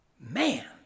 Man